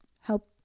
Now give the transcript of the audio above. help